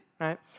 right